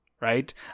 right